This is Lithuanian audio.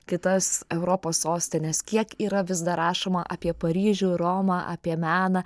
kitas europos sostines kiek yra vis dar rašoma apie paryžių romą apie meną